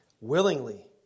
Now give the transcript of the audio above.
willingly